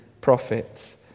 prophets